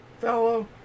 fellow